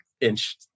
inch